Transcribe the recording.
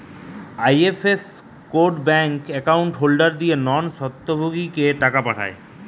IFS code bank account holder দিয়ে নন স্বত্বভোগীকে টাকা পাঠায়